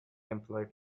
employed